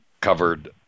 Covered